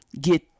get